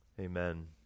Amen